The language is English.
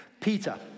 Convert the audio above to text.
Peter